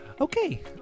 Okay